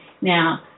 Now